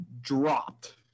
dropped